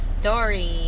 story